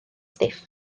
stiff